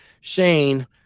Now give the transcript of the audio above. Shane